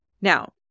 Now